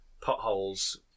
potholes